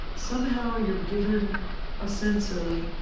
somehow, you're given a sense of,